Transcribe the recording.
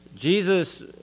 Jesus